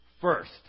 first